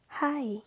hi